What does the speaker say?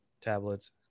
tablets